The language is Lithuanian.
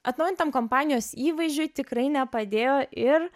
atnaujintam kompanijos įvaizdžiui tikrai nepadėjo ir